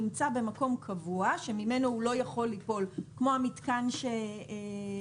נמצא במקום קבוע שממנו הוא לא יכול ליפול כמו המיתקן שמחזיק